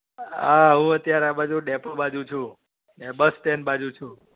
હા હું અત્યારે આ બાજુ ડેપો બાજુ છું ને બસ સ્ટેન્ડ બાજુ છું